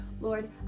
Lord